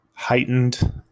Heightened